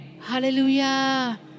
Hallelujah